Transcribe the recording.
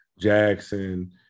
Jackson